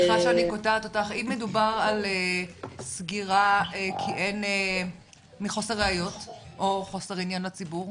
אם מדובר על סגירה מחוסר ראיות או מחוסר עניין לציבור,